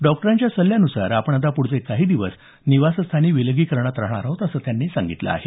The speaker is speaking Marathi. डॉक्टरांच्या सल्ल्यान्सार आपण आता पुढले काही दिवस निवासस्थानी विलगीकरणात राहणार आहोत असं त्यांनी सांगितलं आहे